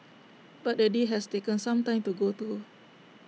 but the deal has taken some time to go through